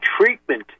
treatment